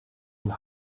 and